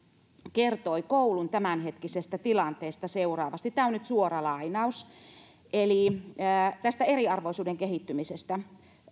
kertoi koulun tämänhetkisestä tilanteesta seuraavasti tämä on nyt suora lainaus eli tästä eriarvoisuuden kehittymisestä